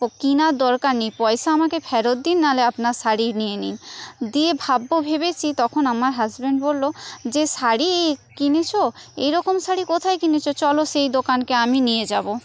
কেনার দরকার নেই পয়সা আমাকে ফেরত দিন নাহলে আপনার শাড়ি নিয়ে নিন দিয়ে ভাব্য ভেবেছি তখন আমার হাজব্যান্ড বললো যে শাড়ি কিনেছ এইরকম শাড়ি কোথায় কিনেছ চলো সেই দোকানকে আমি নিয়ে যাবো